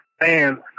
fans